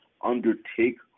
Undertake